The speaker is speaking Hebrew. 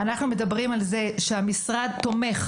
המשרד תומך,